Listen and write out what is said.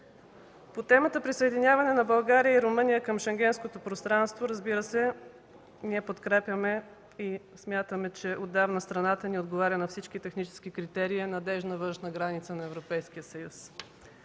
По темата „Присъединяване на България и Румъния към Шенгенското пространство”, разбира се, ние подкрепяме и смятаме, че отдавна страната ни отговаря на всички технически критерии и е надеждна външна граница на Европейския съюз.